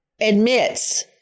admits